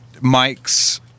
Mike's